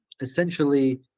essentially